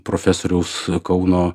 profesoriaus kauno